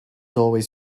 always